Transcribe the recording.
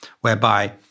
whereby